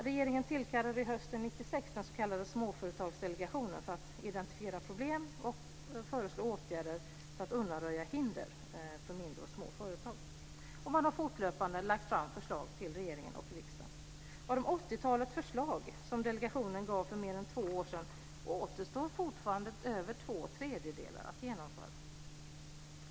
Regeringen tillkallade hösten 1996 den s.k. Småföretagsdelegationen för att identifiera problem och föreslå åtgärder för att undanröja hinder för mindre och små företag. Man har fortlöpande lagt fram förslag till regering och riksdag. Av det 80-tal förslag som delegationen lämnade för mer än två år sedan återstår fortfarande över två tredjedelar att genomföra.